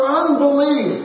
unbelief